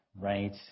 right